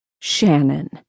Shannon